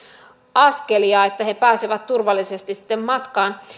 askelia että he pääsevät turvallisesti sitten matkaan